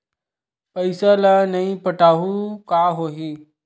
पईसा ल नई पटाहूँ का होही?